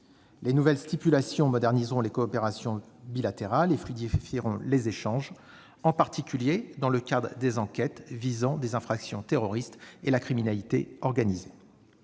Les nouvelles stipulations moderniseront les coopérations bilatérales et fluidifieront les échanges, en particulier dans le cadre des enquêtes visant des infractions terroristes et la criminalité organisée.